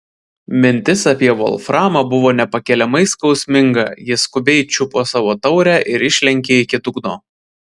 mintis apie volframą buvo nepakeliamai skausminga ji skubiai čiupo savo taurę ir išlenkė iki dugno